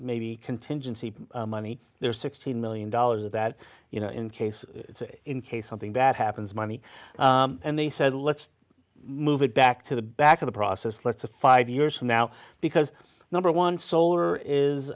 maybe contingency money there's sixteen million dollars that you know in case in case something bad happens money and they said let's move it back to the back of the process let's the five years from now because number one solar is